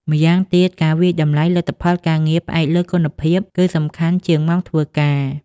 ម៉្យាងទៀត ការវាយតម្លៃលទ្ធផលការងារផ្អែកលើគុណភាព គឺសំខាន់ជាងម៉ោងធ្វើការ។